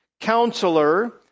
Counselor